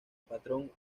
patrón